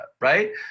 Right